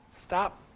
Stop